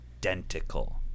identical